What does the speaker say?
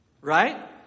right